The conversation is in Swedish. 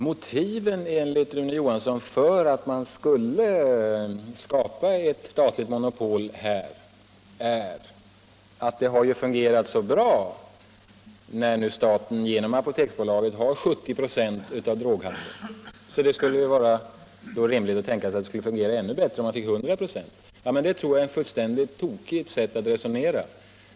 Motivet, enligt Rune Johansson, för att man skulle skapa ett statligt monopol är att det har fungerat så bra när nu staten genom Apoteksbolaget har 70 926 av droghandeln att det borde vara rimligt att tänka sig att det skulle bli ännu bättre, om man fick den till 100 96. Detta tror jag är ett fullständigt tokigt sätt att resonera!